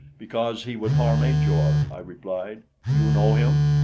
because he would harm ajor, i replied. you know him?